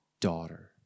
daughter